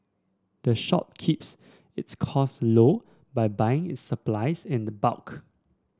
the shop keeps its cost low by buying its supplies in the bulk